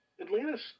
Atlantis